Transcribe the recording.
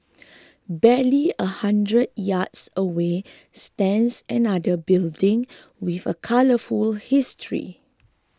barely a hundred yards away stands another building with a colourful history